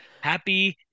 happy